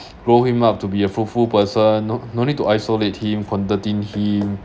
grow him up to be a fruitful person no no need to isolate him quarantine him